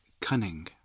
cunning